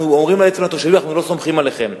אנחנו אומרים בעצם לתושבים: אנחנו לא סומכים עליכם.